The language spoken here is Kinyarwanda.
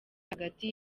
hagati